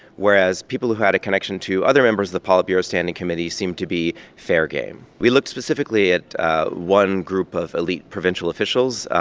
whereas people who had a connection to other members of the politburo standing committee seemed to be fair game. we looked specifically at one group of elite provincial officials.